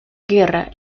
guerra